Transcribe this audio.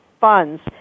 funds